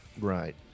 Right